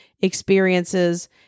experiences